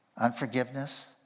unforgiveness